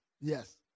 Yes